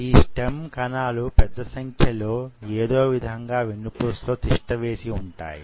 ఈ స్టెమ్ కణాలు పెద్ద సంఖ్యలో యేదోవిధంగా వెన్నుపూసలో తిష్ఠ వేసివుంటాయి